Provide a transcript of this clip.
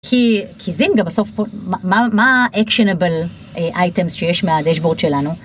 כי.. כי זינגה בסוף פה, מה.. מה.. מה האקשנבל אה.. אייטמס שיש מהדשבורד שלנו?